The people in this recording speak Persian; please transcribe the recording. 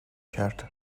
کرد